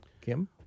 Kim